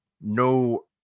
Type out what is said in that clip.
No